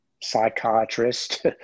psychiatrist